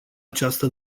această